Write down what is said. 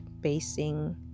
basing